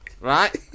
right